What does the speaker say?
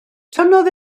tynnodd